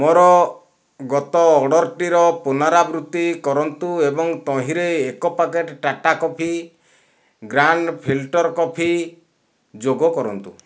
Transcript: ମୋର ଗତ ଅର୍ଡ଼ର୍ଟିର ପୁନରାବୃତ୍ତି କରନ୍ତୁ ଏବଂ ତହିଁରେ ଏକ packet Tata coffee grand filter coffee ଯୋଗ କରନ୍ତୁ